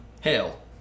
hail